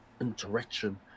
interaction